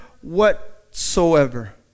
whatsoever